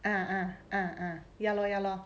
ah ah ah ah ya lor ya lor